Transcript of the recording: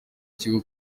ikigo